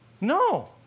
No